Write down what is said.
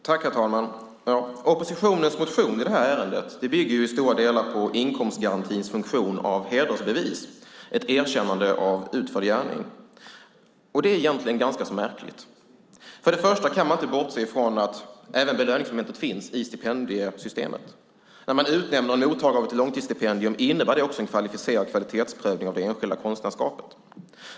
Herr talman! Oppositionens motion i det här ärendet bygger i stora delar på inkomstgarantins funktion som hedersbevis, ett erkännande av utförd gärning. Det är egentligen ganska märkligt. För det första kan man inte bortse från att belöningsmomentet även finns i stipendiesystemet. När man utnämner en mottagare av ett långtidsstipendium innebär det också en kvalificerad kvalitetsprövning av det enskilda konstnärskapet.